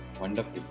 wonderful